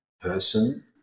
person